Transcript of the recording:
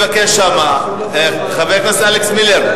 חבר הכנסת מילר,